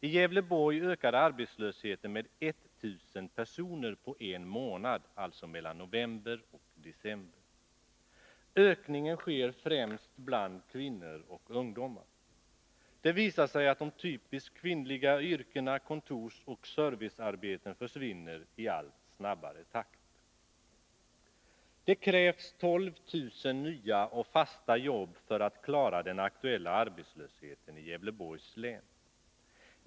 I Gävleborg ökade arbetslösheten med 1000 personer på en månad, mellan november och december. Ökningen sker främst bland kvinnor och ungdomar. Det visar sig att de typiskt kvinnliga yrkena kontorsoch servicearbeten försvinner i allt snabbare takt. Det krävs 12 000 nya och fasta jobb för att klara den aktuella arbetslösheten i Gävleborgs län.